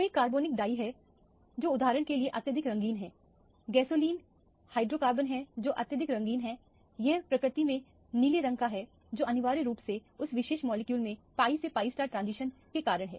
कई कार्बनिक डाई हैं जो उदाहरण के लिए अत्यधिक रंगीन हैं गैसोलीन हाइड्रोकार्बन है जो अत्यधिक रंगीन है यह प्रकृति में नीले रंग का है जो अनिवार्य रूप से उस विशेष मॉलिक्यूल में pi से pi ट्रांजिशन के कारण है